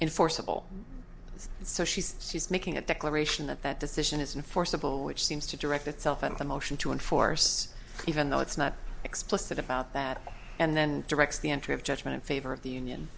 enforceable so she says she's making a declaration that that decision is a forcible which seems to direct itself and a motion to enforce even though it's not explicit about that and then directs the entry of judgment in favor of the union